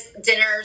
dinners